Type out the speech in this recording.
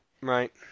Right